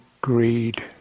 greed